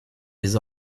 des